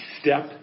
step